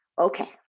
Okay